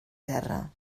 guerra